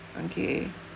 okay